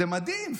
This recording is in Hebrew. זה מדהים,